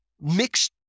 mixed